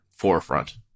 forefront